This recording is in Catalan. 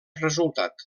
resultat